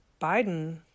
Biden